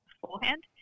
beforehand